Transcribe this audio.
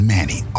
Manny